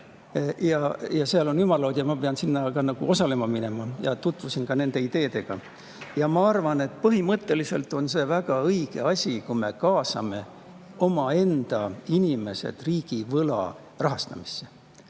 Seal on ümarlaud ja ma pean sinna osalema minema. Tutvusin ka nende ideedega. Ma arvan, et põhimõtteliselt on see väga õige asi, kui me kaasame omaenda inimesed riigivõla rahastamisse.